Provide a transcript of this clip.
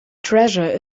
treasure